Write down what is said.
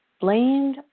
blamed